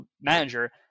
manager